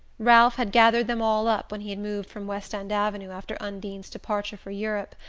ralph had gathered them all up when he had moved from west end avenue after undine's departure for europe,